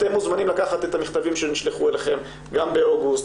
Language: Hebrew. אתם מוזמנים לקחת את המכתבים שנשלחו אליכם גם באוגוסט,